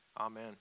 Amen